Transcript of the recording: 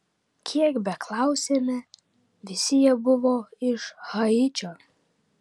kiek beklausėme visi jie buvo iš haičio